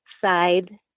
side